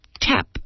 tap